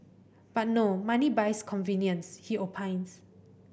but no money buys convenience he opines